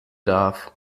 darf